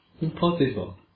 Impossible